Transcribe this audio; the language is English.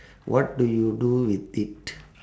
what do you do with it